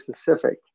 specific